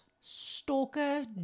stalker